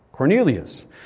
Cornelius